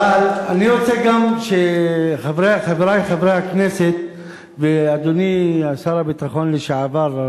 אבל אני רוצה גם שחברי חברי הכנסת ואדוני שר הביטחון לשעבר,